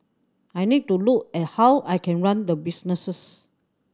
I need to look at how I can run the businesses